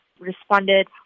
responded